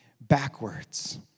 backwards